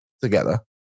together